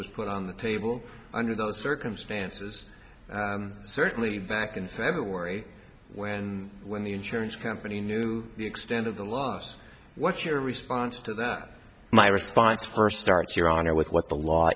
was put on the table under those circumstances certainly back in february when when the insurance company knew the extent of the loves what's your response to that my response first starts your honor with what the law